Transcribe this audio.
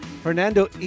fernando